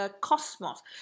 Cosmos